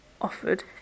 offered